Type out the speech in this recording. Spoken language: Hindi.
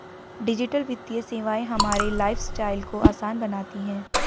डिजिटल वित्तीय सेवाएं हमारे लाइफस्टाइल को आसान बनाती हैं